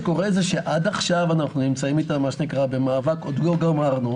עד עכשיו אנחנו נמצאים איתם במאבק, עוד לא גמרנו.